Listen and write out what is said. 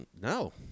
no